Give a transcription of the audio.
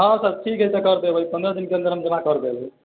हँ सर ठीक है सर कर देबै पन्द्रह दिनके अन्दर हम पूरा कर देबै